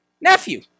nephew